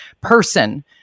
person